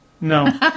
No